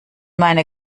meine